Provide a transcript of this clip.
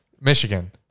Michigan